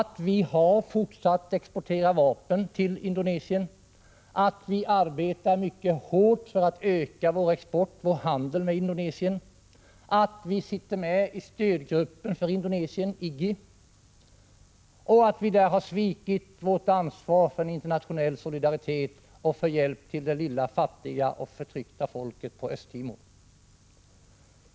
Det är också känt att vi har fortsatt att exportera vapen till Indonesien, att vi arbetar mycket hårt för att öka vår handel med Indonesien, att vi är med i stödgruppen för Indonesien, IGGI, och att vi där har svikit vårt ansvar för en internationell solidaritet och för hjälp till det lilla fattiga och förtryckta folket i Östra Timor.